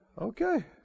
Okay